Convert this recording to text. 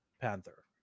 Panther